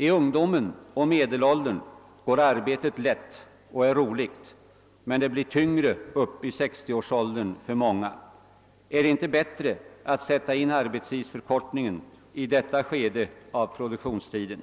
I ungdomen och medelåldern går arbetet lätt och är roligt, men det är tyngre uppe i 60-årsåldern för många. Är det inte bättre att sätta in arbetstidsförkortningen i detta skede av produktionstiden?